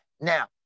Now